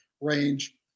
range